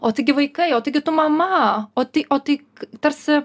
o taigi vaikai o taigi tu mama o tai o tai tarsi